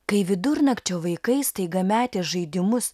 kai vidurnakčio vaikai staiga metė žaidimus